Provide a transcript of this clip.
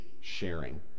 Sharing